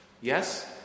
yes